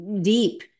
deep